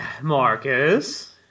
Marcus